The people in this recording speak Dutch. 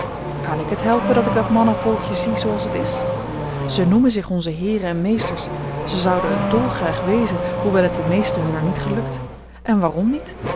kan ik het helpen dat ik dat mannenvolkje zie zooals het is zij noemen zich onze heeren en meesters ze zouden het dolgraag wezen hoewel het den meesten hunner niet gelukt en waarom niet